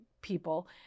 people